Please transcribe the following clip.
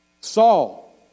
Saul